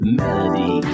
melody